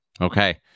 Okay